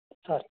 sir